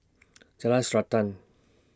Jalan Srantan